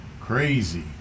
Crazy